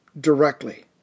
directly